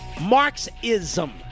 Marxism